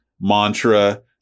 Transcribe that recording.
mantra